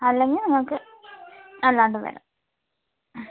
അല്ലെങ്കിൽ നിങ്ങൾക്ക് അല്ലാണ്ടും വരാം